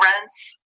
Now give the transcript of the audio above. rents